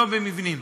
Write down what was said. לא במבנים.